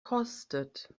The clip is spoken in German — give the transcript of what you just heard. kostet